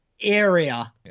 area